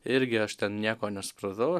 irgi aš ten nieko nesupratau